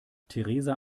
theresa